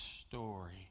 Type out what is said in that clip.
story